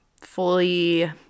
fully